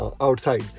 outside